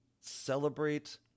celebrate